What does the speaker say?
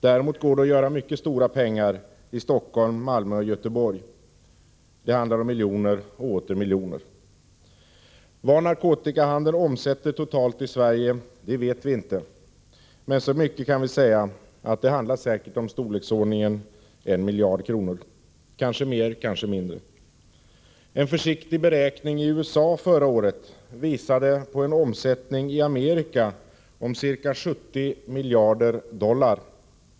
Däremot går det att göra mycket stora pengar i Stockholm, Malmö och Göteborg. Det handlar om miljoner och åter miljoner. Hur mycket narkotikahandeln totalt omsätter i Sverige vet vi inte, men så mycket kan vi säga att det säkert handlar om storleksordningen 1 miljard kronor — kanske mer, kanske mindre. En försiktig beräkning i USA förra året visade att narkotikan där omsätter ca 70 miljarder dollar.